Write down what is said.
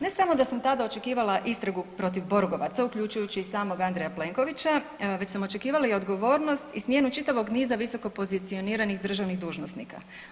Ne samo da sam tada očekivala istragu protiv Borgovaca uključujući i samoga Andreja Plenkovića već sam očekivala i odgovornost i smjenu čitavog niza visokopozicioniranih državnih dužnosnika.